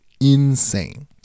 insane